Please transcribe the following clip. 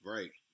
Right